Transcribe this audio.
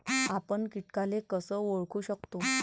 आपन कीटकाले कस ओळखू शकतो?